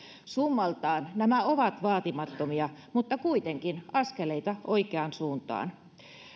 summaltaan nämä ovat vaatimattomia mutta kuitenkin askeleita oikeaan suuntaan